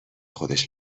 خودش